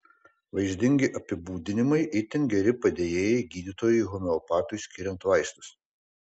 vaizdingi apibūdinimai itin geri padėjėjai gydytojui homeopatui skiriant vaistus